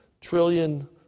trillion